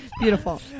beautiful